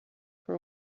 for